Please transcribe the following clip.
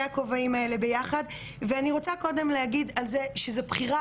הכובעים האלו ביחד ואני רוצה קודם להגיד על זה שזה בחירה